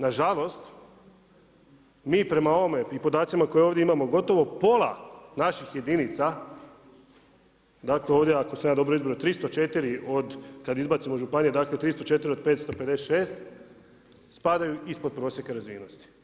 Nažalost, mi prema ovome i podacima, koje ovdje imamo gotovo pola naših jedinica dakle, ovdje ako sam ja dobro izbrojao, 304, od, kad izbacimo županije, dakle 304 do 556 spadaju ispod prosjeka razvijenosti.